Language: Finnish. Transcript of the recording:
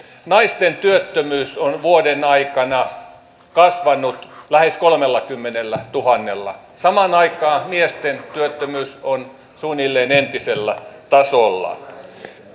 naisten työttömyys on vuoden aikana kasvanut lähes kolmellakymmenellätuhannella samaan aikaan miesten työttömyys on suunnilleen entisellä tasolla